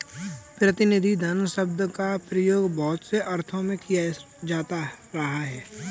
प्रतिनिधि धन शब्द का प्रयोग बहुत से अर्थों में किया जाता रहा है